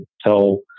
tell